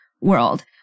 world